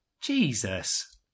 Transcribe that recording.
Jesus